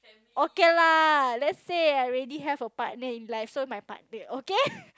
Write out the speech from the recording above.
okay lah let's say I already have a partner in life so my partner okay